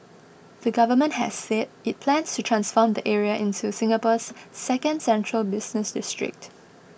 the government has said it plans to transform the area into Singapore's second central business district